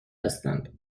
هستند